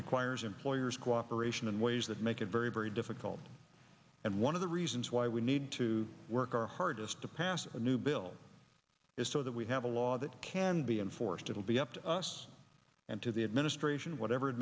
requires employers cooperation in ways that make it very very difficult and one of the reasons why we need to work our hardest to pass a new bill is so that we have a law that can be enforced it will be up to us and to the administration whatever